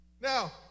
Now